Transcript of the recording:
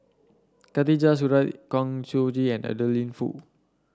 Khatijah Surattee Kang Siong Joo and Adeline Foo